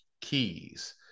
keys